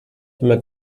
immer